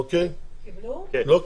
קיבלו?